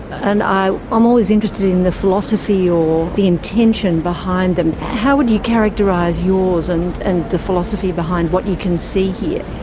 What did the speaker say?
and i'm always interested in the philosophy or the intention behind them. how would you characterise yours and and the philosophy behind what you can see here?